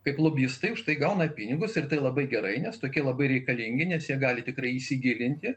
kaip lobistai už tai gauna pinigus ir tai labai gerai nes tokie labai reikalingi nes jie gali tikrai įsigilinti